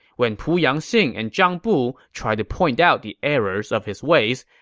when pu yangxing and zhang bu tried to point out the errors of his ways,